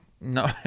No